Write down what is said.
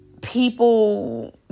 People